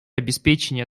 обеспечение